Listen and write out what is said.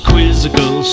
Quizzical